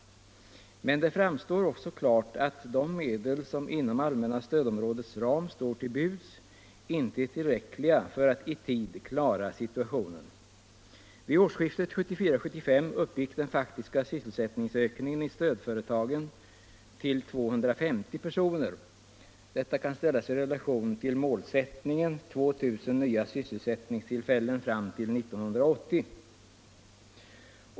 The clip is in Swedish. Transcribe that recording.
Men det framstår också klart att de medel som inom allmänna stödområdets ram står till buds inte är tillräckliga för att i tid klara situationen. Vid årsskiftet 1974-1975 uppgick den faktiska sysselsättningsökningen i stödföretagen till 250 personer. Detta kan ställas i relation till målsättningen, 2 000 nya sysselsättningstillfällen fram till 1980.